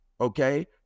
okay